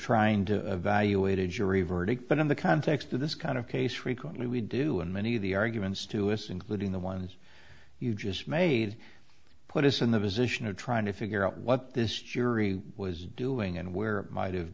trying to evaluate a jury verdict but in the context of this kind of case frequently we do and many of the arguments to us including the ones you just made put us in the position of trying to figure out what this jury was doing and where might have